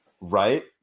right